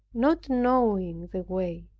not knowing the way,